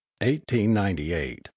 1898